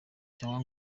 cyangwa